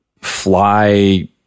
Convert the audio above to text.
fly